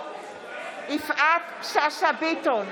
יפעת שאשא ביטון,